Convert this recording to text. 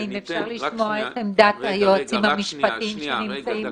האם אפשר לשמוע את עמדת היועצים המשפטיים שנמצאים כאן?